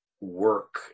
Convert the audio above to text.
work